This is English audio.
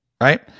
right